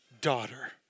daughter